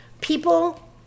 People